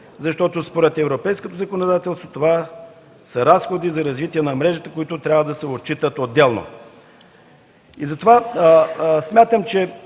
защото според европейското законодателство това са разходи за развитие на мрежата, които трябва да се отчитат отделно. Смятам, че